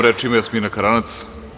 Reč ima Jasmina Karanac.